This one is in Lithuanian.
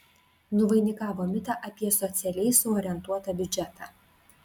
nuvainikavo mitą apie socialiai suorientuotą biudžetą